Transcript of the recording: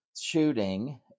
shooting